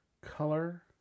color